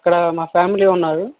ఇక్కడ మా ఫ్యామిలీ ఉన్నారు